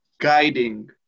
guiding